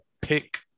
pick